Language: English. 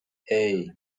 hey